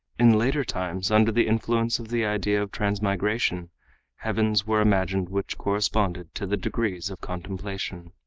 in later times under the influence of the idea of transmigration heavens were imagined which corresponded to the degrees of contemplation.